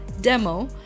demo